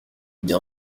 bien